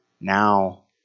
now